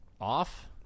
off